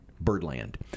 Birdland